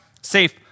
safe